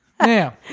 Now